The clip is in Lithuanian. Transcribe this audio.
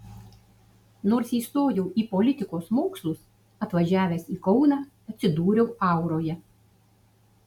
nors įstojau į politikos mokslus atvažiavęs į kauną atsidūriau auroje